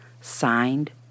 Signed